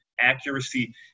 accuracy